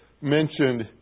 mentioned